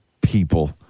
people